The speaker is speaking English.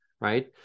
right